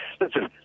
listen